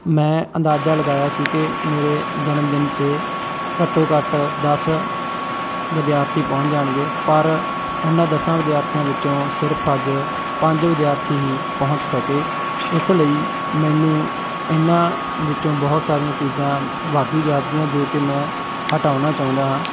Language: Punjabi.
ਮੈਂ ਅੰਦਾਜ਼ਾ ਲਗਾਇਆ ਸੀ ਕਿ ਮੇਰੇ ਜਨਮਦਿਨ 'ਤੇ ਘੱਟੋ ਘੱਟ ਦਸ ਸ ਵਿਦਿਆਰਥੀ ਪਹੁੰਚ ਜਾਣਗੇ ਪਰ ਉਹਨਾਂ ਦਸਾਂ ਵਿਦਿਆਰਥੀਆਂ ਵਿੱਚੋਂ ਸਿਰਫ ਅੱਜ ਪੰਜ ਵਿਦਿਆਰਥੀ ਹੀ ਪਹੁੰਚ ਸਕੇ ਇਸ ਲਈ ਮੈਨੂੰ ਇਹਨਾਂ ਵਿੱਚੋਂ ਬਹੁਤ ਸਾਰੀਆਂ ਚੀਜ਼ਾਂ ਵਾਧੂ ਜਾਪਦੀਆਂ ਜੋ ਕਿ ਮੈਂ ਹਟਾਉਣਾ ਚਾਹੁੰਦਾ ਹਾਂ